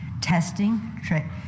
testing